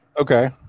Okay